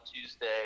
tuesday